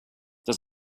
does